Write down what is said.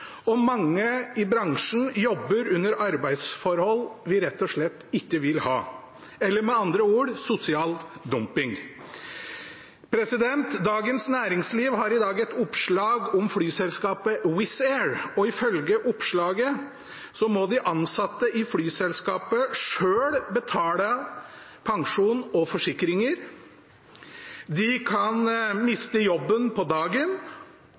og mange i bransjen jobber under arbeidsforhold vi rett og slett ikke vil ha – eller med andre ord: sosial dumping. Dagens Næringsliv har i dag et oppslag om flyselskapet Wizz Air, og ifølge oppslaget må de ansatte i flyselskapet selv betale pensjon og forsikringer. De kan miste jobben på dagen.